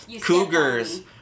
cougars